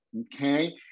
Okay